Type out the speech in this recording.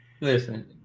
listen